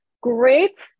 great